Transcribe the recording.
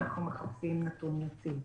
אנחנו מחפשים נתון יציב.